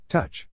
Touch